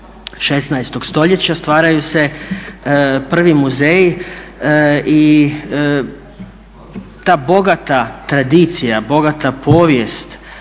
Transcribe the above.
16.stoljeća stvaraju se prvi muzeji i ta bogata tradicija i bogata povijest